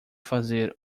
fazer